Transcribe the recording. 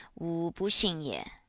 wu bu xin ye.